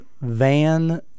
Van